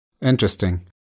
interesting